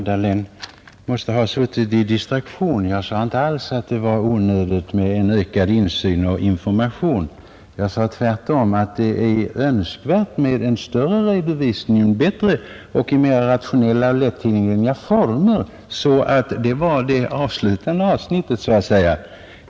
Herr Dahlén måste ha suttit i distraktion. Jag sade inte alls att det var onödigt med en ökad insyn och information; jag sade tvärtom att det är önskvärt med en större redovisning i bättre, mera rationella och lättillgängliga former. Det var det avslutande avsnittet.